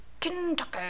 Kentucky